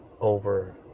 over